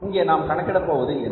இங்கே நாம் கணக்கிட போகுது என்ன